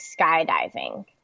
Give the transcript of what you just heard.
skydiving